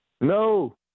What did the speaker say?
No